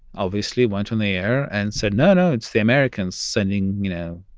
obviously, went on the air and said, no, no, it's the americans sending, you know,